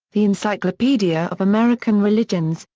the encyclopedia of american religions,